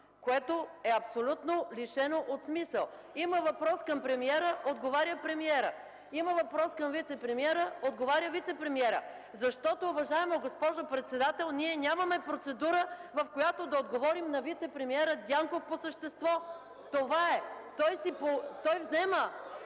което е абсолютно лишено от смисъл. (Реплики от ГЕРБ.) Има въпрос към премиера, отговаря премиерът. Има въпрос към вицепремиера, отговаря вицепремиерът. Защото, уважаема госпожо председател, ние нямаме процедура, в която да отговорим на вицепремиера Дянков по същество. (Шум и реплики